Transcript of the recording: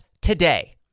today